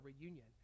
reunion